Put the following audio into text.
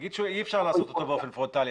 נגיד שאי אפשר לעשות אותו באופן פרונטלי,